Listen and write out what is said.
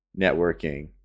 networking